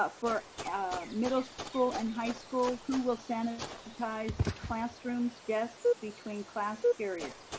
ah for ah middle school and high school, who will sanitize sanitize the classrooms, desks between class periods?